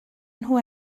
nhw